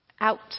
Out